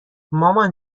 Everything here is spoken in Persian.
مامان